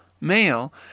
male